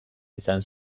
izan